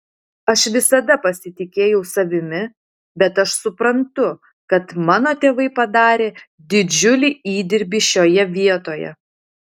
aš visada pasitikėjau savimi bet aš suprantu kad mano tėvai padarė didžiulį įdirbį šioje vietoje